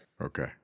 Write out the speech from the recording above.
okay